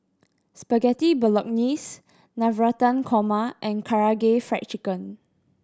Spaghetti Bolognese Navratan Korma and Karaage Fried Chicken